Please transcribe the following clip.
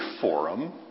forum